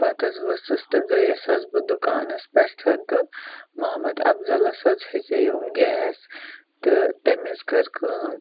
پَتہٕ حظ ؤژھٕس تہٕ گٔیَس حظ بہٕ دُکانَس پٮ۪ٹھن تہٕ محمد اَفضَلَس حظ ہیٚژیوم گیس تہٕ تٔمۍ حظ کٔر کٲم